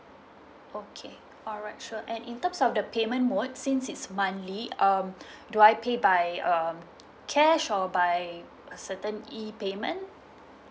okay alright sure and in terms of the payment mode since it's monthly um do I pay by um cash or by certain E payment